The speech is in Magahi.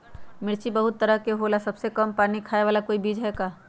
मिर्ची बहुत तरह के होला सबसे कम पानी खाए वाला कोई बीज है का?